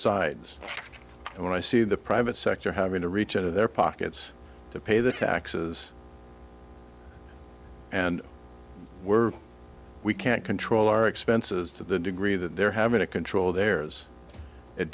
and when i see the private sector having to reach into their pockets to pay their taxes and we're we can't control our expenses to the degree that they're having to control theirs it